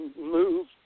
move